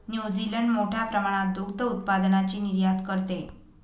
New Zealand मोठ्या प्रमाणात दुग्ध उत्पादनाची निर्यात करते